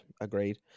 Agreed